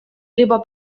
либо